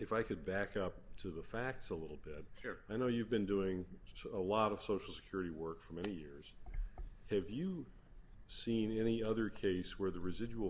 if i could back up to the facts a little bit here i know you've been doing so a lot of social security work for many years have you seen any other case where the residual